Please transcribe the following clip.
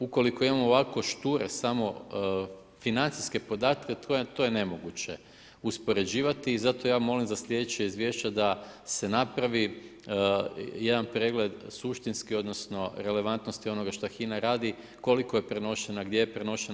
Ukoliko imamo ovako šture samo financijske podatke, to je nemoguće uspoređivati i zato ja molim za sljedeća izvješća, da se napravi jedan pregled suštinski, odnosno, relevantnosti onoga što HINA radi, koliko je prenošena, gdje je prenošena.